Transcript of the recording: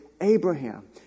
Abraham